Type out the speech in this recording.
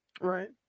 Right